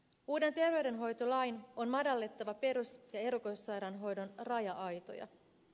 uuden terveydenhoitolain on madallettava perus ja erikoissairaanhoidon raja aitoja